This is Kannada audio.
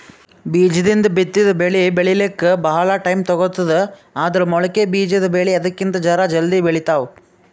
ಬೀಜದಿಂದ್ ಬಿತ್ತಿದ್ ಬೆಳಿ ಬೆಳಿಲಿಕ್ಕ್ ಭಾಳ್ ಟೈಮ್ ತಗೋತದ್ ಆದ್ರ್ ಮೊಳಕೆ ಬಿಜಾದ್ ಬೆಳಿ ಅದಕ್ಕಿಂತ್ ಜರ ಜಲ್ದಿ ಬೆಳಿತಾವ್